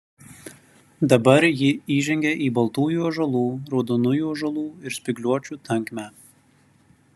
dabar ji įžengė į baltųjų ąžuolų raudonųjų ąžuolų ir spygliuočių tankmę